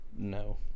No